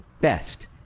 best